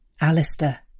Alistair